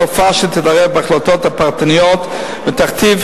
סופה שתתערב בהחלטות הפרטניות ותכתיב